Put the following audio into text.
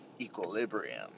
equilibrium